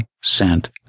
sent